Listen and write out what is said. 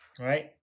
Right